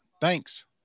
Thanks